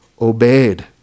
obeyed